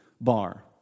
bar